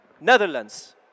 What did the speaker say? Netherlands